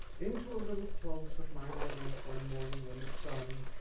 into a little close of mine i went one morning, when the sun,